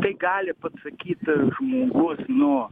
tai gali pasakyt žmogus nu